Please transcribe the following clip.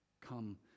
Come